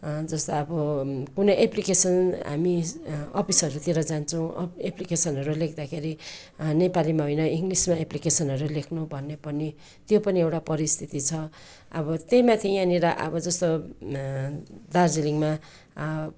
जस्तो अब कुनै एप्लिकेसन हामी अफिसहरूतिर जान्छौँ अब एप्लिकेसनहरू लेख्दाखेरि नेपालीमा होइन इङ्लिसमा एप्लिकेसनहरू लेख्नु भन्ने पनि त्यो त्यो पनि एउटा परिस्थिति छ अब त्यहीमाथि यहाँनिर अब जस्तो दार्जिलिङमा